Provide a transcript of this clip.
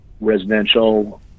residential